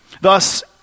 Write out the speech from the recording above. Thus